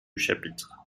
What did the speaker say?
chapitre